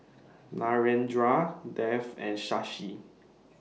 Narendra Dev and Shashi